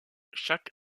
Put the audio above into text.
chaque